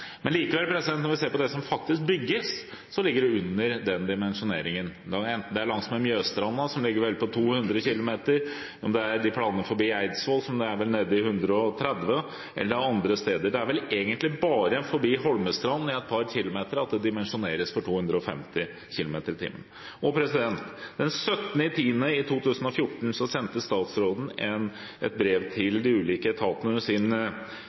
Når vi ser på det som faktisk bygges, ligger det likevel under den dimensjoneringen, enten det er langs Mjøsa, der det vel ligger på 200 km/t, eller om det er planene forbi Eidsvoll, der det vel er nede i 130 km/t – eller det er andre steder. Det er egentlig bare forbi Holmestrand i et par kilometer at det dimensjoneres for 250 km/t. Den 17. oktober i 2014 sendte statsråden et brev til de ulike etatene